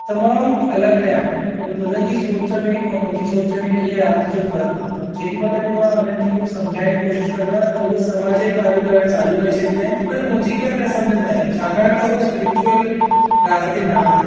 तमामु अलॻि आहियां उन्हनि जी सोच में ऐं मुंहिंजी सोच में ॾींहुं राति जो फ़र्क़ु आहे जेॾी महिल बि मां उन्हनि खे कुझु समझाईणु कोशिशि कंदो आहियां त उहे समाज जूं ॻाल्हियूं करणु चालू करे छॾींदा आहिनि पर मुंहिंजी ॻाल्हि न सम्झंदा आहिनि छाकाणि त उहे स्पिरिचुअल राह ते न आहिनि